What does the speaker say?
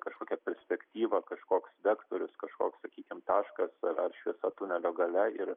kažkokia perspektyva kažkoks vektorius kažkoks sakykim taškas ar ar šviesa tunelio gale ir